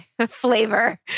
flavor